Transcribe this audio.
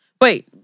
Wait